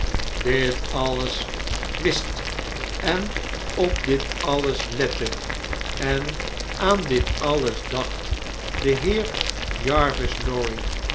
dit alles wist en op dit alles lette en aan dit alles dacht de heer jarvis lorry